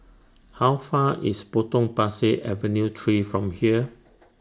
How Far away IS Potong Pasir Avenue three from here